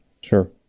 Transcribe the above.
Sure